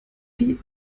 die